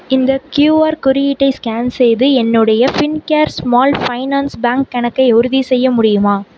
இந்த க்யூஆர் குறியீட்டை ஸ்கேன் செய்து என்னுடைய ஃபின்கேர் ஸ்மால் ஃபைனான்ஸ் பேங்க் கணக்கை உறுதிசெய்ய முடியுமா